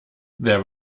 there